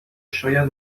شاید